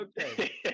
okay